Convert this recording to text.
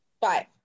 Five